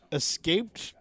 escaped